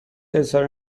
اظهار